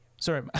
Sorry